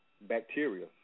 bacteria